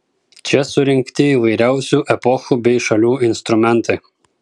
čia surinkti įvairiausių epochų bei šalių instrumentai